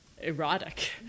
erotic